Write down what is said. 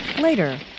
Later